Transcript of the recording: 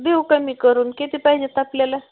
देऊ कमी करून किती पाहिजेत आपल्याला